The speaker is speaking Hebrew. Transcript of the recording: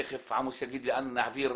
תיכף עמוס יגיד לאן להעביר,